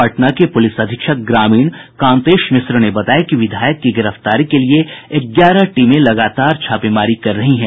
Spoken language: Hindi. पटना के पुलिस अधीक्षक ग्रामीण कांतेश मिश्र ने बताया कि विधायक की गिरफ्तारी के लिए ग्यारह टीमें लगातार छापेमारी कर रही हैं